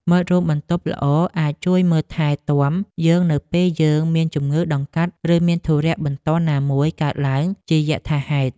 មិត្តរួមបន្ទប់ល្អអាចជួយមើលថែទាំយើងនៅពេលយើងមានជំងឺដង្កាត់ឬមានធុរៈបន្ទាន់ណាមួយកើតឡើងជាយថាហេតុ។